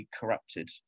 corrupted